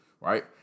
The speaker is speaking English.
Right